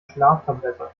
schlaftablette